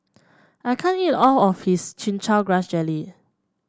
I can't eat all of this Chin Chow Grass Jelly